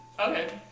Okay